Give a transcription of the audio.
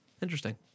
Interesting